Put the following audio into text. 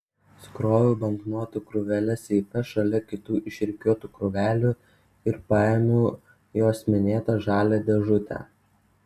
sukroviau banknotų krūveles seife šalia kitų išrikiuotų krūvelių ir paėmiau jos minėtą žalią dėžutę